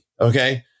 Okay